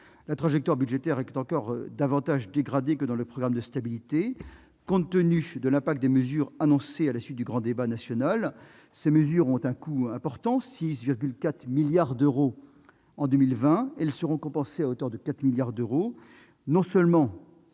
La trajectoire budgétaire est encore davantage dégradée que dans le programme de stabilité, compte tenu de l'impact des mesures annoncées à la suite du grand débat national. Celles-ci ont un coût important, estimé à 6,4 milliards d'euros en 2020. Elles seront compensées à hauteur de 4 milliards d'euros. Non seulement